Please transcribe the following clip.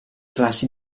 classi